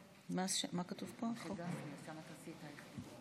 חבריי חברי הכנסת,